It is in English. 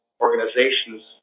organizations